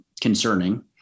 concerning